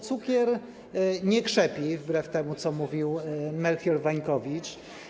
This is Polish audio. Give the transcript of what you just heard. Cukier nie krzepi - wbrew temu, co mówił Melchior Wańkowicz.